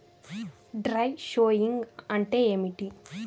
Dry sowing అంటే ఏమిటి?